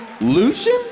Lucian